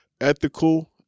ethical